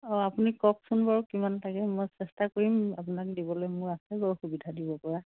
অঁ আপুনি কওকচোন বাৰু কিমান লাগে মই চেষ্টা কৰিম আপোনাক দিবলৈ মোৰ আছে বাৰু সুবিধা দিবপৰা